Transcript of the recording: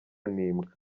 n’imbwa